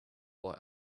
boy